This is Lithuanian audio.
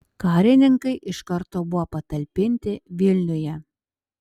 karininkai iš karto buvo patalpinti vilniuje